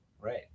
Right